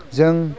जों